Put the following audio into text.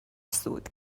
سود